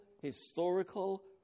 historical